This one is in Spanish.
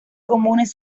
comunes